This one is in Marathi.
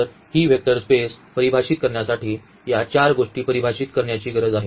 तर ही वेक्टर स्पेस परिभाषित करण्यासाठी या चार गोष्टी परिभाषित करण्याची गरज आहे